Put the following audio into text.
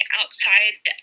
outside